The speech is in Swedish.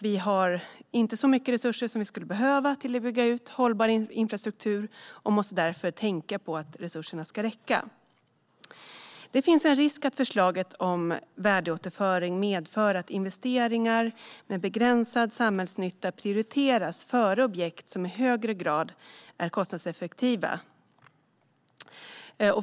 Vi har inte så mycket resurser som vi skulle behöva till att bygga ut hållbar infrastruktur och måste därför tänka på att resurserna ska räcka. Det finns en risk att förslaget om värdeåterföring medför att investeringar med begränsad samhällsnytta prioriteras före objekt som i högre grad är kostnadseffektiva.